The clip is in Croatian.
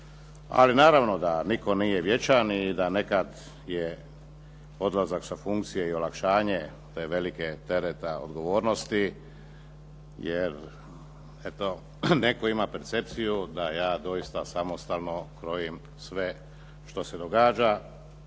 Ali naravno da nitko nije vječan i da nekad je odlazak sa funkcije i olakšanje tog velikog tereta odgovornosti jer eto, netko ima percepciju da ja doista samostalno krojim sve što se događa.